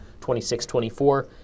26-24